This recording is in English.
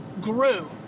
grew